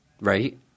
right